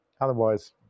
Otherwise